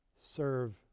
serve